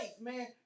man